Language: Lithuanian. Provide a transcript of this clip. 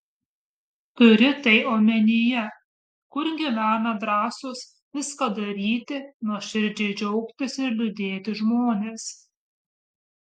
turi tai omenyje kur gyvena drąsūs viską daryti nuoširdžiai džiaugtis ir liūdėti žmonės